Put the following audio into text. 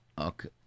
Okay